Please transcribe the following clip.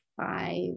five